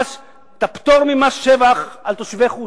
הפטור ממס שבח לתושבי חוץ.